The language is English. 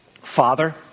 Father